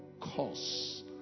cause